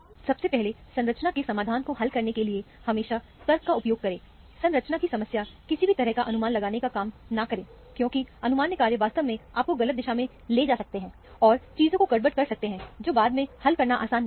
सबसे पहले संरचना के समाधान को हल करने के लिए हमेशा तर्क का उपयोग करें संरचना की समस्या किसी भी तरह का अनुमान लगाने का काम न करें क्योंकि अनुमान कार्य वास्तव में आपको गलत दिशा में ले जा सकते हैं और चीजों को गड़बड़ कर सकते हैं जो बाद में हल करना आसान नहीं है